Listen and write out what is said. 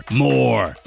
more